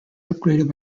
upgraded